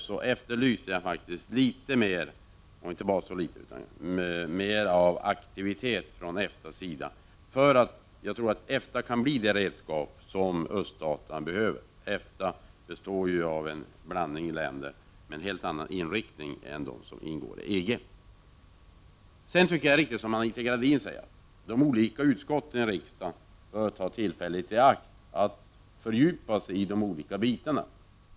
Därför efterlyser jag mer av aktivitet från EFTA:s sida, för jag tror att EFTA kan bli det redskap som öststaterna behöver. EFTA består ju av en blandning av länder som har en helt annan inriktning än de som ingår i EG. Sedan tycker jag att det är riktigt, som Anita Gradin säger, att de olika utskotten i riksdagen bör ta tillfället i akt att fördjupa sig i de olika bitarna.